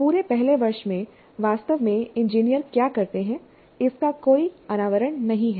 पूरे पहले वर्ष में वास्तव में इंजीनियर क्या करते हैं इसका कोई अनावरण नहीं है